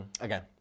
Again